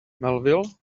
melville